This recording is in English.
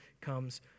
comes